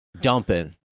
Dumping